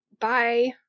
bye